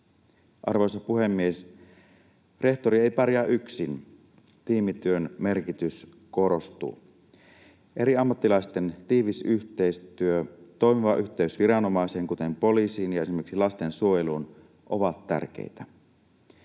Arvoisa puhemies! Rehtori ei pärjää yksin. Tiimityön merkitys korostuu. Eri ammattilaisten tiivis yhteistyö, toimiva yhteys viranomaisiin, kuten poliisiin ja esimerkiksi lastensuojeluun, on tärkeää.